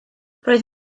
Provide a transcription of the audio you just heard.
roedd